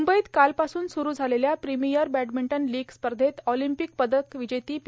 मुंबईत कालपासून सूरू झालेल्या प्रीमियर बॅडमिंटन लीग स्पर्धेत ऑलिम्पिक पदक विजेती पी